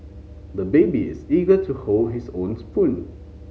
the baby is eager to hold his own spoon